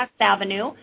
Avenue